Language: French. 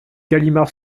galimard